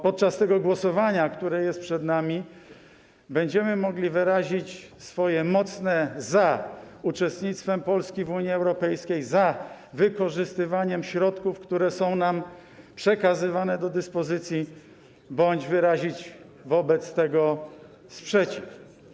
Podczas tego głosowania, które jest przed nami, będziemy mogli wyrazić się mocno, opowiedzieć za uczestnictwem Polski w Unii Europejskiej, za wykorzystywaniem środków, które będą nam przekazywane do dyspozycji, bądź wyrazić wobec tego sprzeciw.